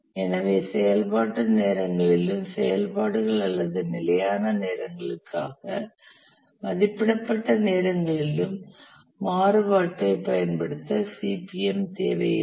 எனவே செயல்பாட்டு நேரங்களிலும் செயல்பாடுகள் அல்லது நிலையான நேரங்களுக்காக மதிப்பிடப்பட்ட நேரங்களிலும் மாறுபாட்டைப் பயன்படுத்த CPM தேவையில்லை